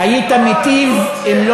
הוא לא